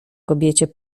kobiecie